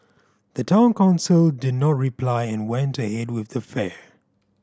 the Town Council did not reply and went ahead with the fair